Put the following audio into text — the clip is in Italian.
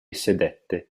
sedette